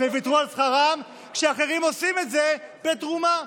וויתרו על שכרם, ואחרים עושים את זה בתרומה.